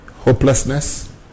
hopelessness